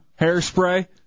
hairspray